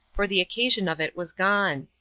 for the occasion of it was gone.